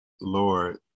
Lord